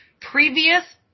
Previous